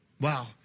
Wow